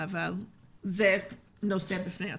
אבל זה נושא בפני עצמו.